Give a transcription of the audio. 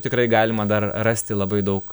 tikrai galima dar rasti labai daug